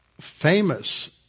famous